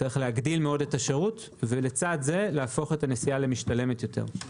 צריך להגדיל מאוד את השירות ולהפוך את הנסיעה למשתלמת יותר.